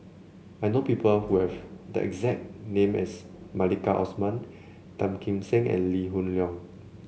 I know people who have the exact name as Maliki Osman Tan Kim Seng and Lee Hoon Leong